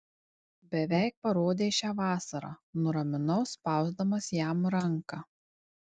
beveik parodei šią vasarą nuraminau spausdamas jam ranką